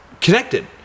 Connected